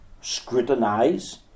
scrutinize